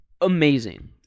Amazing